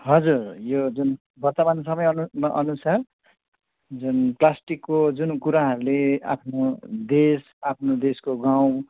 हजुर यो जुन वर्तमान समय अनु अनुसार जुन प्लास्टिकको जुन कुराहरूले आफ्नो देश आफ्नो देशको गाउँ